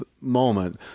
moment